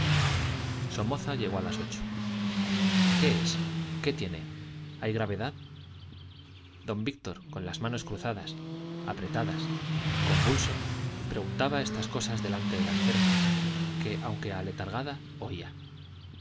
somoza llegó a las ocho qué es qué tiene hay gravedad don víctor con las manos cruzadas apretadas convulso preguntaba estas cosas delante de la enferma que aunque aletargada oía